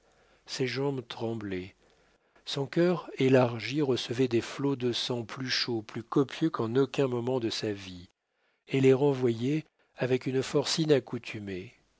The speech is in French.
ses jambes tremblaient son cœur élargi recevait des flots de sang plus chauds plus copieux qu'en aucun moment de sa vie et les renvoyait avec une force